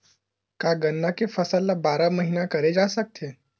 का गन्ना के फसल ल बारह महीन करे जा सकथे?